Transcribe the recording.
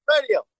Radio